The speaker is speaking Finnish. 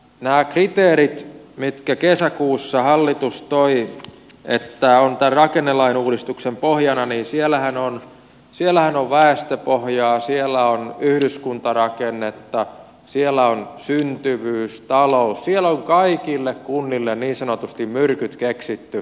näissä kriteereissähän mitkä kesäkuussa hallitus toi mitkä ovat tämän rakennelain uudistuksen pohjana on väestöpohjaa siellä on yhdyskuntarakennetta siellä on syntyvyys talous siellä on kaikille kunnille niin sanotusti myrkyt keksitty